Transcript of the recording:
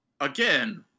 Again